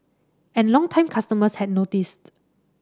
and longtime customers had noticed